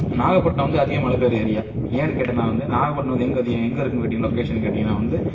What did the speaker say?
நாகப்பட்டினம் வந்து அதிகம் மழை பெய்யுற ஏரியா ஏன்னு கேட்டிங்கன்னா வந்து நாகப்பட்டினம் வந்து எங்கே இருக்கு கேட்டிங்கன்னா லொக்கேஷன் கேட்டிங்கன்னா வந்து